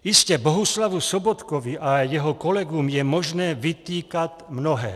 Jistě, Bohuslavu Sobotkovi a jeho kolegům je možné vytýkat mnohé.